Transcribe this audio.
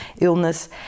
illness